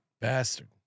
Bastard